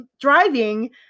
driving